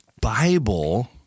Bible